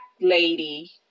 lady